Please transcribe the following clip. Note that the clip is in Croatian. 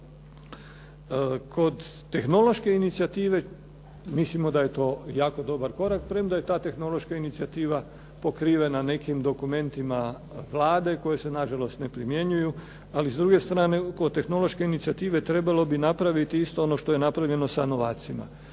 Kod tehnološke inicijative mislimo da je to jako dobar korak, premda je ta tehnološka inicijativa pokrivena nekim dokumentima Vlade, koje se na žalost ne primjenjuju, ali s druge strane kod tehnološke inicijative trebalo bi napraviti isto ono što je napravljeno sa novacima.